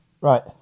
Right